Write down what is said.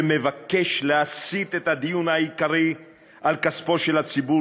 שמבקש להסיט את הדיון העיקרי על כספו של הציבור